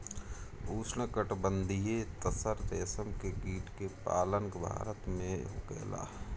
उष्णकटिबंधीय तसर रेशम के कीट के पालन भारत में होखेला